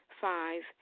Five